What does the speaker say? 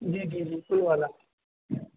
جی جی فل والا